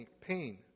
pain